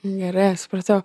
gerai supratau